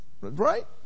right